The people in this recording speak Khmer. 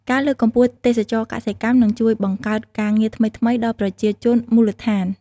ការលើកកម្ពស់ទេសចរណ៍កសិកម្មនឹងជួយបង្កើតការងារថ្មីៗដល់ប្រជាជនមូលដ្ឋាន។